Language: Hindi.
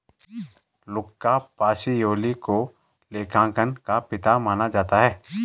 लुका पाशियोली को लेखांकन का पिता माना जाता है